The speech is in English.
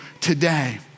today